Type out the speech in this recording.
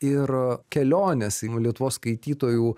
ir kelionės į jau lietuvos skaitytojų